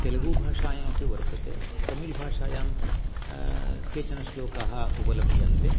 तेलुगूभाषायाम् अपि वर्तते तमिलभाषायां केचन श्लोकाः उपलभ्यन्ते